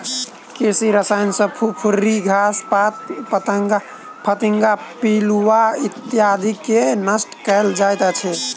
कृषि रसायन सॅ फुफरी, घास पात, फतिंगा, पिलुआ इत्यादिके नष्ट कयल जाइत छै